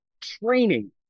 training